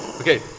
Okay